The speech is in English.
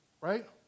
right